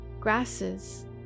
grasses